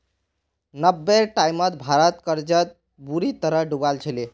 नब्बेर टाइमत भारत कर्जत बुरी तरह डूबाल छिले